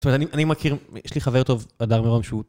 זאת אומרת, אני מכיר, יש לי חבר טוב, אדם מאוד שהוא.